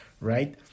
right